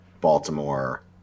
Baltimore